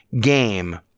game